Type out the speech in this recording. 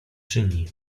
czyni